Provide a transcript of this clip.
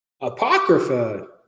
Apocrypha